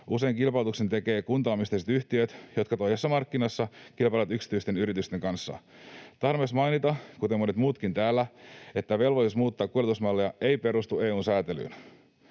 Lisäksi kilpailutuksen tekevät usein kuntaomisteiset yhtiöt, jotka toisessa markkinassa kilpailevat yksityisten yritysten kanssa. Tahdon myös mainita, kuten monet muutkin täällä, että velvollisuus muuttaa kuljetusmallia ei perustu EU:n säätelyyn.